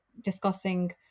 discussing